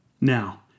Now